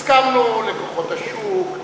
הסכמנו לכוחות השוק,